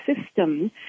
system